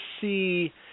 see